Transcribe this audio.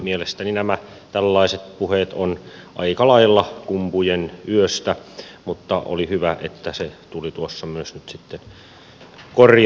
mielestäni nämä tällaiset puheet ovat aika lailla kumpujen yöstä mutta oli hyvä että ne tulivat tuossa myös nyt sitten korjattua